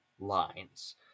lines